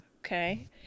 Okay